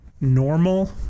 normal